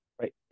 right